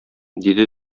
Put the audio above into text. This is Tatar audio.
диде